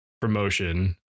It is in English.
promotion